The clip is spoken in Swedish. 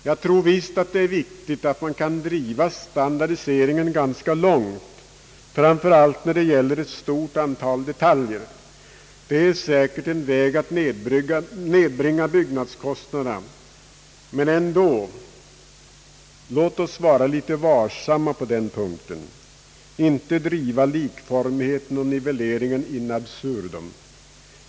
Jag tror visst att det är viktigt att standardiseringen kan drivas ganska långt, framför allt när det gäller ett stort antal detaljer; detta är säkert en väg att nedbringa byggnadskostnaderna. Men låt oss ändå vara litet varsamma på den punkten, inte driva likformigheten och nivelleringen in absurdum.